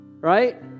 Right